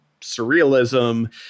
surrealism